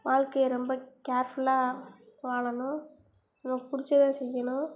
வாழ்க்கையை ரொம்ப கேர்ஃபுல்லாக வாழணும் நமக்கு பிடிச்சத செய்யணும்